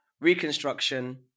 Reconstruction